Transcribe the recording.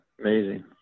Amazing